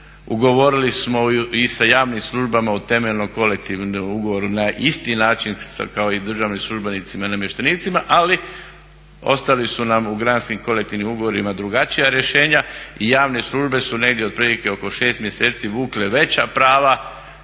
Ugovorili smo i sa javnim službama u temeljnom kolektivnom ugovoru na isti način kao i sa državnim službenicima i namještenicima, ali ostala su nam u granskim kolektivnim ugovorima drugačija rješenja i javne službe su negdje otprilike oko 6 mjeseci vukle veća prava